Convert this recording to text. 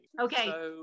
Okay